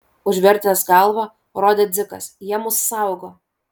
užvertęs galvą rodė dzikas jie mus saugo